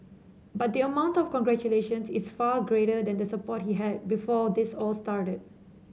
but the amount of congratulations is far greater than the support he had before this all started